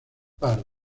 par